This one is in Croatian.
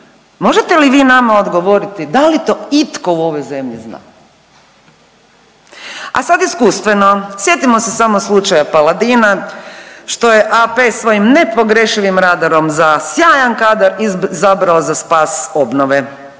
možete li vi nama odgovoriti da li to itko u ovoj zemlji zna? A sad iskustveno. Sjetimo se samo slučaja Paladina što je AP svojim nepogrešivim radarom za sjajan kadar izabrao za spas obnove.